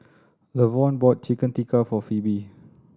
Lavonne bought Chicken Tikka for Pheobe